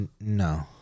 No